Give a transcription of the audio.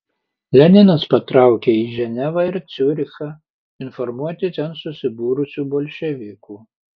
leninas patraukė į ženevą ir ciurichą informuoti ten susibūrusių bolševikų